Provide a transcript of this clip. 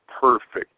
perfect